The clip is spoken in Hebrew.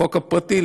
החוק הפרטי,